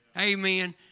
Amen